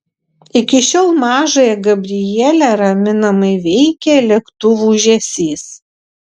iki šiol mažąją gabrielę raminamai veikia lėktuvų ūžesys